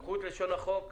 קחו את לשון החוק,